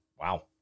Wow